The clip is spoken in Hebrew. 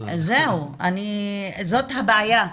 זאת הבעיה.